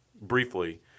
briefly